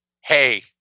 hey